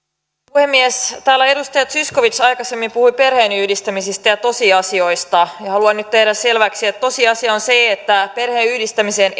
puhemies täällä edustaja zyskowicz aikaisemmin puhui perheenyhdistämisistä ja tosiasioista ja haluan nyt tehdä selväksi että tosiasia on se että perheenyhdistämiseen